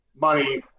money